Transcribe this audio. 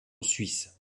suisse